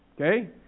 Okay